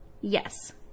Yes